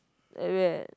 at where